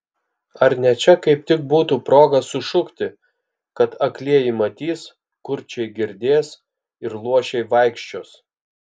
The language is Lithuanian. ar ne čia kaip tik būtų proga sušukti kad aklieji matys kurčiai girdės ir luošiai vaikščios